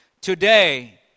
today